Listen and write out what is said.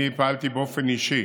אני פעלתי באופן אישי